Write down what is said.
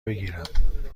بگیرم